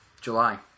July